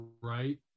right